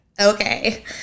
okay